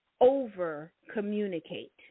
over-communicate